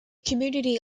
community